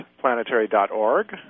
planetary.org